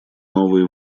новые